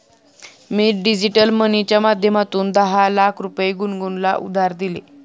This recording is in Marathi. मी डिजिटल मनीच्या माध्यमातून दहा लाख रुपये गुनगुनला उधार दिले